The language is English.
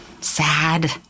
sad